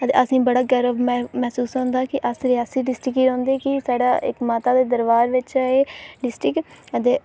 ते असेंगी बड़ा गर्व महसूस होंदा कि अस रियासी डिस्ट्रिक्ट च रौहंदे कि इक माता दे दरबार च ऐ एह् डिस्ट्रिक्ट